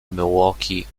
milwaukee